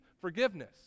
forgiveness